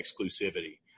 exclusivity